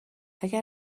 اگر